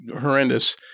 horrendous